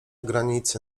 granicy